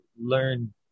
learn